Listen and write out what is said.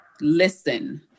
listen